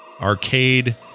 arcade